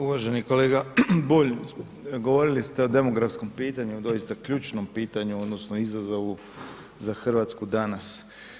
Uvaženi kolega Bulj govorili ste o demografskom pitanju doista ključnom pitanju odnosno izazovu za Hrvatsku danas.